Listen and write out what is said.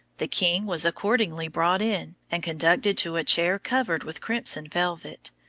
the king was accordingly brought in, and conducted to a chair covered with crimson velvet,